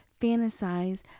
fantasize